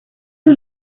two